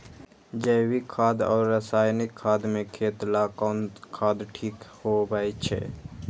जैविक खाद और रासायनिक खाद में खेत ला कौन खाद ठीक होवैछे?